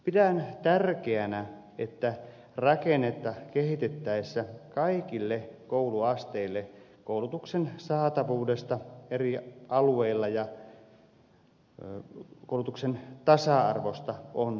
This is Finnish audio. pidän tärkeänä että rakennetta kehitettäessä kaikilla kouluasteilla koulutuksen saatavuudesta eri alueilla ja koulutuksen tasa arvosta on huolehdittava